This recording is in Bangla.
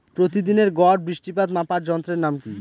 প্রতিদিনের গড় বৃষ্টিপাত মাপার যন্ত্রের নাম কি?